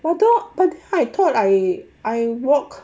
I thought but I thought I I walk